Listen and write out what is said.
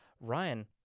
Ryan